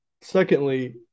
Secondly